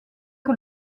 que